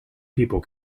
people